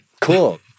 cool